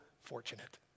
fortunate